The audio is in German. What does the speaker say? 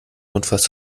notfalls